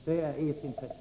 Det är ert intresse.